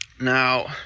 Now